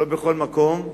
לא בכל מקום,